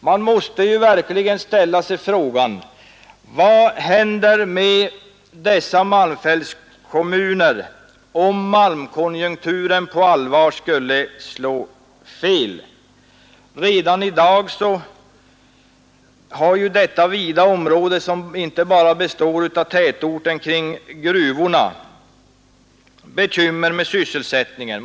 Man måste ju ställa sig frågan: Vad händer med dessa kommuner om malmkonjunkturen på allvar slår fel? Redan i dag har ju detta vida område, som inte bara består av tätorten kring gruvorna, bekymmer med sysselsättningen.